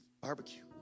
barbecue